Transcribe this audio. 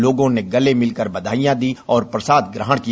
लोगों ने गले मिलकर बधाइयां दीं और प्रसाद ग्रहण किया